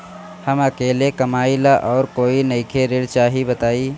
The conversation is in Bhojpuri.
हम अकेले कमाई ला और कोई नइखे ऋण चाही बताई?